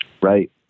Right